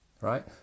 right